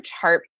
chart